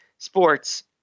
Sports